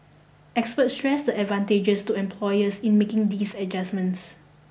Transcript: experts stress the advantages to employers in making these adjustments